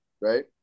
right